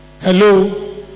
Hello